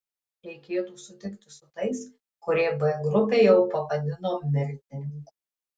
reikėtų sutikti su tais kurie b grupę jau pavadino mirtininkų